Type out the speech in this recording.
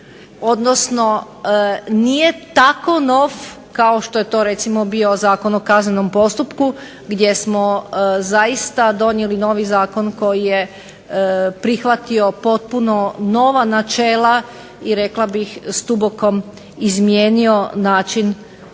odnosno nije tako nov kao što je to bio zakon o kaznenom postupku gdje smo zaista donijeli novi Zakon koji je prihvatio potpuno nova načela i rekla bih stubokom izmijenio način